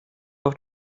auf